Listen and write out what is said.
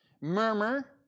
murmur